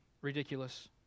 ridiculous